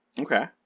Okay